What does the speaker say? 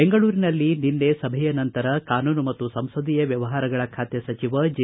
ಬೆಂಗಳೂರಿನಲ್ಲಿ ನಿನ್ನೆ ಸಭೆಯ ನಂತರ ಕಾನೂನು ಮತ್ತು ಸಂಸದೀಯ ವ್ವವಹಾರಗಳ ಖಾತೆ ಸಚಿವ ಜೆ